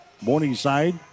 Morningside